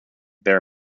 their